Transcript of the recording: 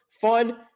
fun